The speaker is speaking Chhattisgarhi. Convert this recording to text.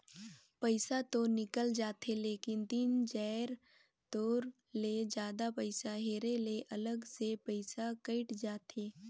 पइसा तो निकल जाथे लेकिन तीन चाएर तोर ले जादा पइसा हेरे ले अलग से पइसा कइट जाथे